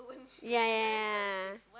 yea yea yea